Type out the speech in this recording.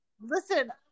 listen